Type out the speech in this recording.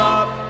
up